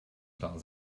klar